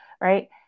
right